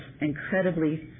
incredibly